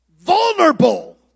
vulnerable